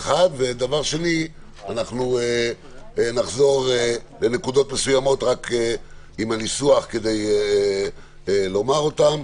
ואז לחזור לנקודות מסוימות רק עם הניסוח כדי לומר אותן.